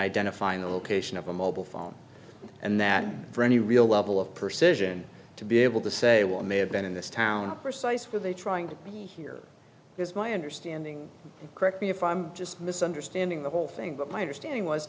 identifying the location of a mobile phone and that for any real level of perception to be able to say what may have been in this town a precise were they trying to be here is my understanding correct me if i'm just misunderstanding the whole thing but my understanding was